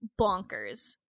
bonkers